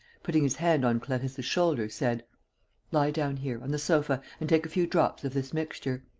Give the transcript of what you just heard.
putting his hand on clarisse's shoulder, said lie down here, on the sofa, and take a few drops of this mixture.